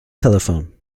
telephone